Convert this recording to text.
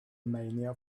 mania